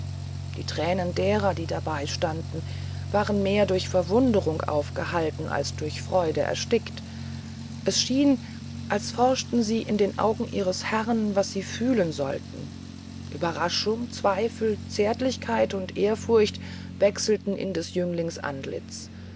die thränen derer die dabey standen waren mehr durch verwunderung aufgehalten als durch freude erstickt es schien als forschten sie in den augen ihres herrn was sie fühlen sollten ueberraschung zweifel zärtlichkeit und ehrfurcht wechselten in des jünglings antlitz